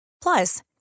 Plus